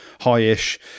high-ish